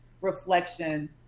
reflection